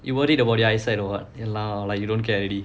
you worried about your eyesight or what !walao! like you don't care already